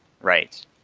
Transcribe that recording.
right